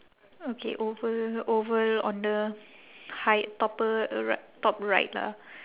okay oval oval on the high top r~ top right lah